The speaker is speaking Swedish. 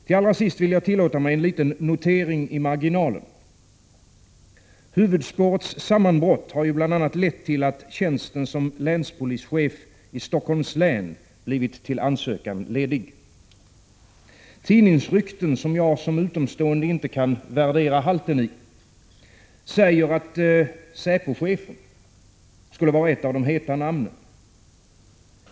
Till sist vill jag tillåta mig en liten notering i marginalen. Huvudspårets sammanbrott har ju bl.a. lett till att tjänsten som länspolischef i Stockholms län blivit till ansökan ledig. Tidningsrykten, som jag som utomstående inte kan värdera halten i, säger att SÄPO-chefen är ett av de heta namnen.